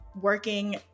working